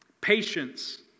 patience